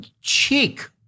cheek